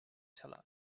teller